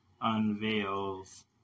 unveils